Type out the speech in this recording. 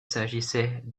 s’agissait